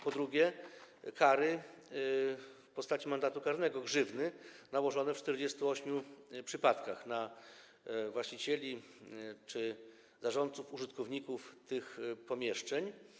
Po drugie, chodzi o kary w postaci mandatu karnego, grzywny nałożone w 48 przypadkach na właścicieli czy zarządców, użytkowników tych pomieszczeń.